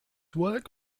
work